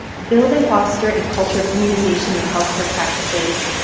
build and foster a culture of immunization in healthcare practices.